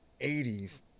80s